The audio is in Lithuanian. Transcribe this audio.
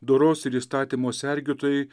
doros ir įstatymo sergėtojai